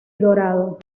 dorado